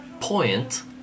point